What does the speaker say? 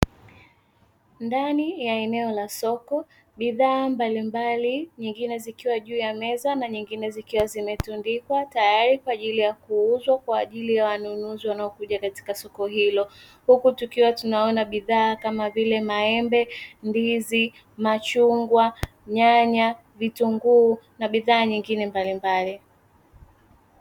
Ndani ya eneo la soko, bidhaa mbalimbali nyingine zikiwa juu ya meza, nyingine zikiwa zimetundikwa tayari kwa ajili ya kuuzwa kwa ajili ya wanunuzi wanaokuja katika soko hilo, huku tukiwa tunaona bidhaa kama vile maembe, ndizi, machungwa, nyanya, vitunguu na bidhaa nyingine mbalimbali.